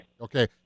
Okay